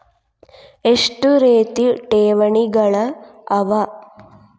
ಎಷ್ಟ ರೇತಿ ಠೇವಣಿಗಳ ಅವ?